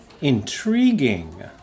Intriguing